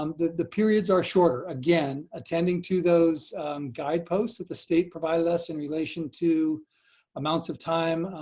um the the periods are shorter. again, attending to those guideposts that the state provided us in relation to amounts of time.